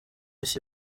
isi